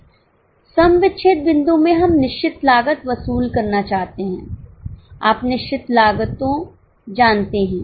सम विच्छेद बिंदु में हम निश्चित लागत वसूल करना चाहते हैं आप निश्चित लागतों जानते हैं